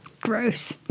Gross